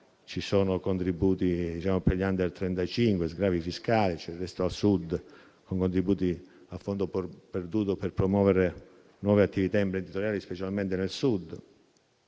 Ci sono contributi per gli *under* 35 e sgravi fiscali; c'è Resto al Sud, con contributi a fondo perduto per promuovere nuove attività imprenditoriali, specialmente nel Sud.